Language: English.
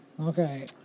Okay